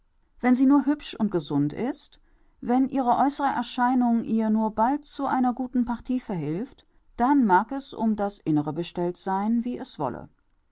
wenn sie nur hübsch und gesund ist wenn ihre äußere erscheinung ihr nur bald zu einer guten partie verhilft dann mag es um das innere bestellt sein wie es wolle